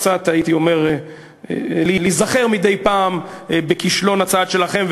הייתי אומר קצת להיזכר מדי פעם בכישלון הצעד שלכם.